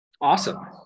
Awesome